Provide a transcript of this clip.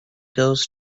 goes